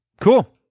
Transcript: Cool